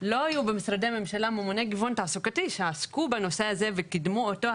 לא היו במשרדי ממשלה ממוני גיוון תעסוקתי שעסקו בנושא הזה וקידמו אותו.